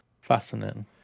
Fascinating